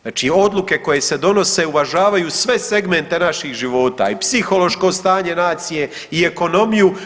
Znači odluke koje se donose uvažavaju sve segmente naših života i psihološko stanje nacije i ekonomiju.